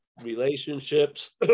relationships